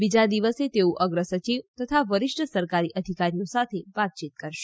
બીજા દિવસે તેઓ અગ્ર સચિવ તથા વરિષ્ઠ સરકારી અધિકારીઓ સાથે વાતયીત કરશે